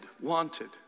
wanted